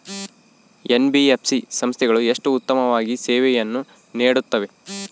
NBFC ಸಂಸ್ಥೆಗಳು ಎಷ್ಟು ಉತ್ತಮವಾಗಿ ಸೇವೆಯನ್ನು ನೇಡುತ್ತವೆ?